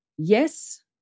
Yes